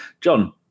John